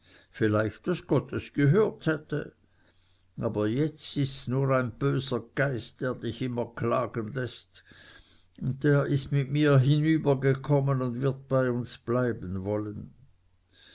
vielleicht daß gott es gehört hätte aber jetzt ists nur ein böser geist der dich immer klagen läßt und der ist mit mir hinübergekommen und wird bei uns bleiben sollen